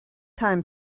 time